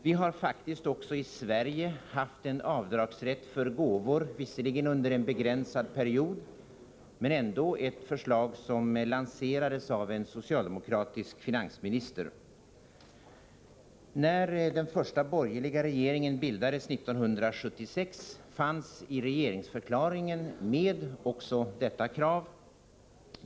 Vi har faktiskt också i Sverige haft en avdragsrätt för gåvor — visserligen under en begränsad period, men det var ändå ett förslag som lanserades av en socialdemokratisk finansminister. När den första borgerliga regeringen bildades 1976 fanns också detta krav med i regeringsförklaringen.